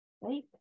Right